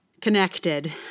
connected